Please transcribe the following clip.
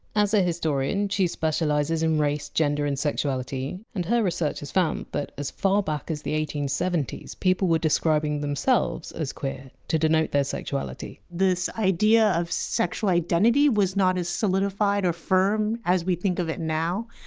as a historian, she specialises in race, gender, and sexuality, and her research has found that, but as far back as the eighteen seventy s, people were describing themselves as queer to denote their sexuality this idea of sexual identity was not as solidified or firm as we think of it now.